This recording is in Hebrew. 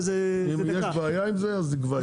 אם יש בעיה עם זה, אז נקבע.